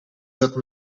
that